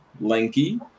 lanky